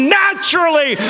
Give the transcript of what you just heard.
naturally